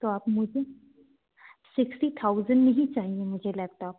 तो आप मुझे सिक्स्टी थाउज़ेन्ड में ही चाहिए मुझे लेपटॉप